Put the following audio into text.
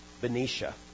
Benicia